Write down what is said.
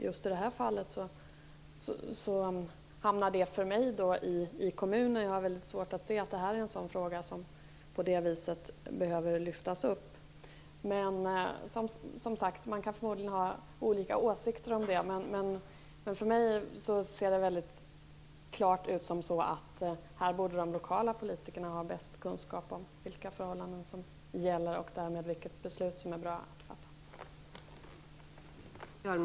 Just i det här fallet hamnar detta, som jag ser det, i kommunen. Jag har nämligen svårt att se att det här är en fråga som behöver lyftas upp på nämnda vis. Som sagt: Man kan ha olika åsikter om den saken. Mig förefaller det klart att här borde de lokala politikerna ha bästa kunskapen om vilka förhållanden som gäller och därmed om vilket beslut som det är bra att fatta.